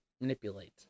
manipulate